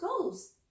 goals